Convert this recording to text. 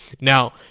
Now